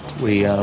we, ah